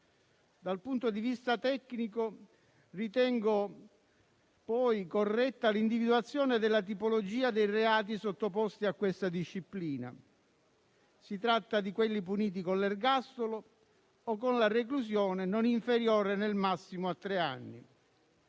Dal punto di vista tecnico ritengo corretta l'individuazione della tipologia dei reati sottoposti a questa disciplina. Si tratta di quelli puniti con l'ergastolo o con la reclusione non inferiore nel massimo a tre anni.